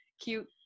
cute